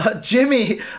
Jimmy